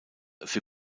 für